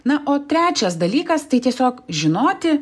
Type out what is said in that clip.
na o trečias dalykas tai tiesiog žinoti